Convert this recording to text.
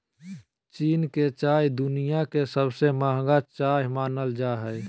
चीन के चाय दुनिया के सबसे महंगा चाय मानल जा हय